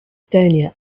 estonia